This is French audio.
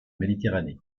méditerranée